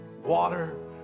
water